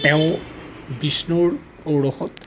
তেওঁ বিষ্ণুৰ ঔৰসত